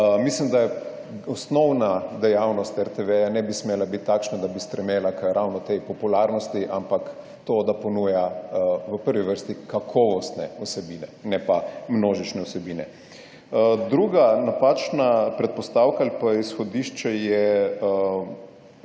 Mislim, da osnovna dejavnost RTV ne bi smela biti takšna, da bi stremela ravno k tej popularnosti, ampak to, da ponuja v prvi vrsti kakovostne vsebine, ne pa množične vsebine. Druga napačna predpostavka ali pa izhodišče je